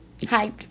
hyped